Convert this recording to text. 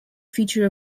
feature